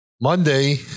Monday